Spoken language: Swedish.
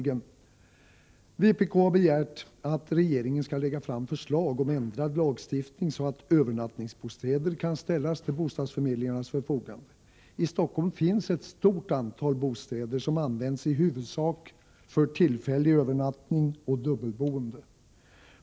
Vpk har begärt att regeringen skall lägga fram förslag om ändrad lagstiftning så att övernattningsbostäder kan ställas till bostadsförmedlingarnas förfogande. I Stockholm finns ett stort antal bostäder som används i huvudsak för tillfällig övernattning och dubbelboende.